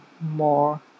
more